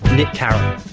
nick carah.